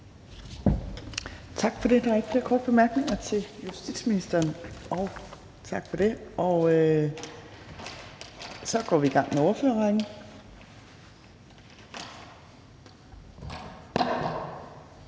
Tak for det. Der er ikke flere korte bemærkninger til justitsministeren. Så går vi i gang med ordførerrækken.